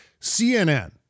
cnn